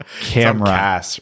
camera